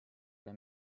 ole